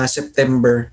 September